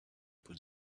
put